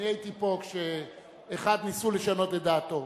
אני הייתי פה כשאחד, ניסו לשנות את דעתו.